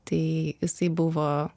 tai jisai buvo